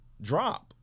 drop